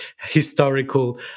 historical